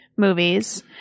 movies